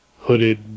hooded